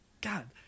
God